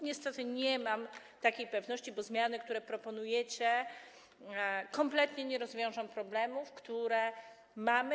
Niestety nie mam takiej pewności, bo zmiany, które proponujecie, kompletnie nie rozwiążą problemów, które mamy.